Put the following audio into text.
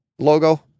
logo